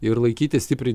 ir laikyti stipriai